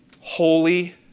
holy